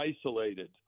isolated